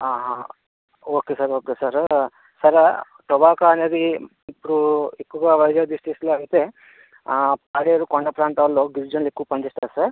okay sir okay sir sir tobacco అనేది ఇప్పుడు ఎక్కవగా వైజాగ్ డిస్టిక్ట్స్లో అయితే అదే ఇప్పడు కొండప్రాంతాల్లో గిరిజనులు ఎక్కువ పనిచేస్తారక్కడ